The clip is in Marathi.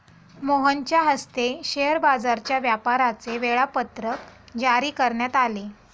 मोहनच्या हस्ते शेअर बाजाराच्या व्यापाराचे वेळापत्रक जारी करण्यात आले